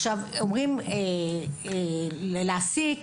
שאמורים להעסיק